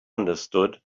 understood